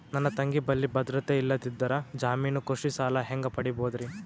ನನ್ನ ತಂಗಿ ಬಲ್ಲಿ ಭದ್ರತೆ ಇಲ್ಲದಿದ್ದರ, ಜಾಮೀನು ಕೃಷಿ ಸಾಲ ಹೆಂಗ ಪಡಿಬೋದರಿ?